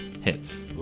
Hits